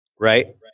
Right